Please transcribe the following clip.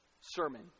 sermon